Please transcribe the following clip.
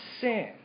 sin